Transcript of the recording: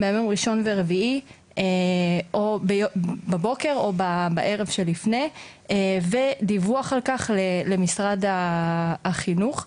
בימים ראשון ורביעי בבוקר או בערב שלפני ודיווח על כך למשרד החינוך,